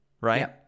Right